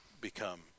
become